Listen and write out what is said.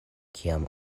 kiam